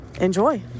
enjoy